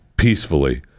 Peacefully